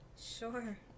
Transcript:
sure